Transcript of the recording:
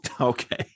Okay